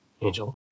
Angel